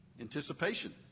Anticipation